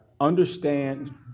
understand